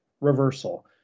reversal